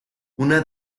una